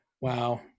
Wow